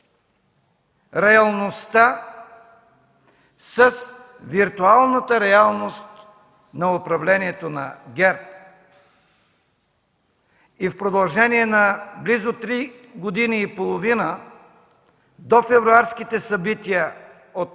реалността с виртуалната реалност на управлението на ГЕРБ и в продължение на близо три години и половина – до февруарските събития от